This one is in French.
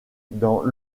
dans